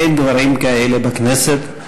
אין דברים כאלה בכנסת,